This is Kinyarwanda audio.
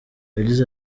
yagize